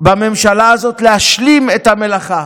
בממשלה הזאת להשלים את המלאכה